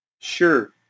Sure